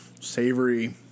savory